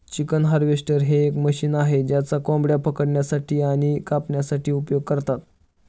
chicken harvester हे एक machine आहे ज्याचा कोंबड्या पकडण्यासाठी आणि कापण्यासाठी उपयोग करतात